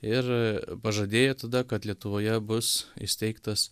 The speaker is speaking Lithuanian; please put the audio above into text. ir pažadėjo tada kad lietuvoje bus įsteigtas